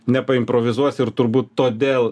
nepaimprovizuosi ir turbūt todėl